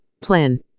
plan